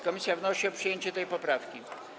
Komisja wnosi o przyjęcie tej poprawki.